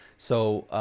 so,